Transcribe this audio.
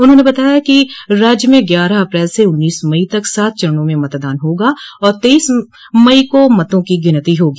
उन्होंने बताया कि राज्य में ग्यारह अप्रैल से उन्नीस मई तक सात चरणों में मतदान होगा और तेइस मई को मतों को गिनती होगी